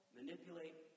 manipulate